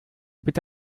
bitte